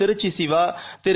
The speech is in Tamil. திருச்சிசிவா திரு